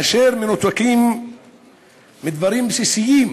אשר מנותקים מדברים בסיסיים